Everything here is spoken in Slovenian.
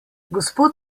gospod